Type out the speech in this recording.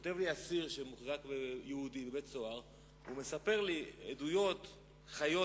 כותב לי אסיר יהודי ומספר לי עדויות חיות,